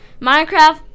Minecraft